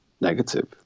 negative